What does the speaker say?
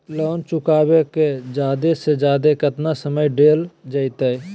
Loan चुकाबे के जादे से जादे केतना समय डेल जयते?